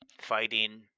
fighting